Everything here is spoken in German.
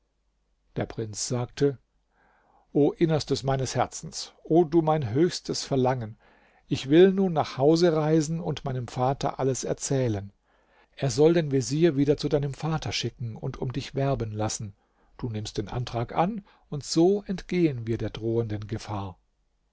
der prinz sagte o innerstes meines herzens o du mein höchstes verlangen ich will nun nach hause reisen und meinem vater alles erzählen er soll den vezier wieder zu deinem vater schicken und um dich werben lassen du nimmst den antrag an und so entgehen wir der drohenden gefahr